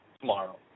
tomorrow